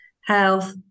Health